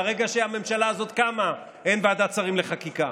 מהרגע שהממשלה הזאת קמה אין ועדת שרים לחקיקה.